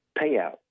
payout